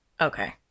Okay